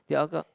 the alcohol